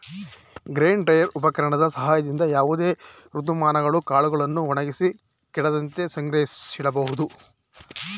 grain dryer ಉಪಕರಣದ ಸಹಾಯದಿಂದ ಯಾವುದೇ ಋತುಮಾನಗಳು ಕಾಳುಗಳನ್ನು ಒಣಗಿಸಿ ಕೆಡದಂತೆ ಸಂಗ್ರಹಿಸಿಡಬೋದು